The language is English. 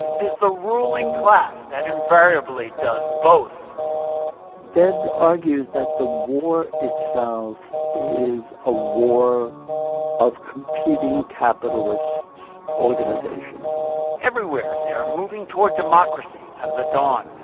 it is the ruling class that invariably does both debs argues that the war itself is a war of competing capitalist organizations everywhere they are moving toward democracy and the dawn,